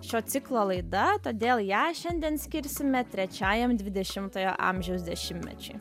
šio ciklo laida todėl ją šiandien skirsime trečiajam dvidešimtojo amžiaus dešimtmečiui